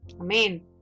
Amen